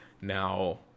now